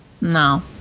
no